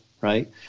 right